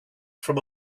from